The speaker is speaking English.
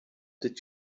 did